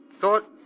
thought